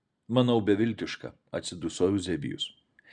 manau beviltiška atsiduso euzebijus